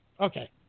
Okay